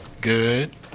Good